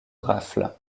rafle